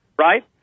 right